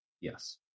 Yes